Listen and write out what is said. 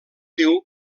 diu